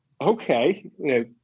Okay